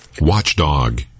Watchdog